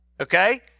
Okay